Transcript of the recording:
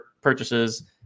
purchases